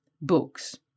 books